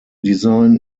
design